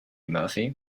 murphy